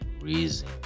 reason